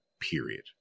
period